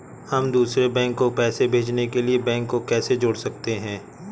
हम दूसरे बैंक को पैसे भेजने के लिए बैंक को कैसे जोड़ सकते हैं?